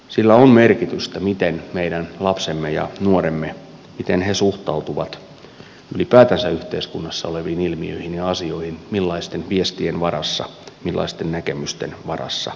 sillä on merkitystä miten meidän lapsemme ja nuoremme suhtautuvat ylipäätänsä yhteiskunnassa oleviin ilmiöihin ja asioihin millaisten viestien varassa millaisten näkemysten varassa ollaan